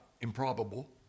improbable